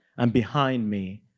and behind me,